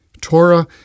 Torah